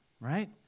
Right